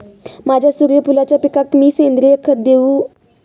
माझ्या सूर्यफुलाच्या पिकाक मी सेंद्रिय खत देवू?